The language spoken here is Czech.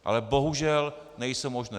Ale bohužel nejsou možné.